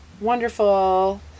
wonderful